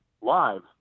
live